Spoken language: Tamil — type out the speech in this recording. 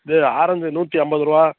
இது ஆரஞ்சு நூற்றி ஐம்பது ரூபா